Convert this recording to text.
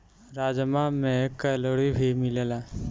राजमा में कैलोरी भी मिलेला